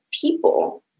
people